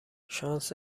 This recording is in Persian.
شانس